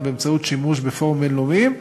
באמצעות שימוש בפורומים בין-לאומיים,